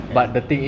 anyways